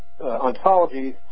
ontologies